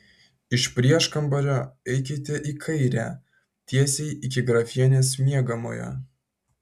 iš prieškambario eikite į kairę tiesiai iki grafienės miegamojo